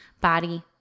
body